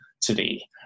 today